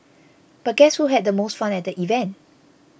but guess who had the most fun at the event